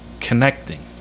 connecting